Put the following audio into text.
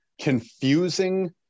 confusing